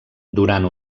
durant